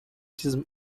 diesem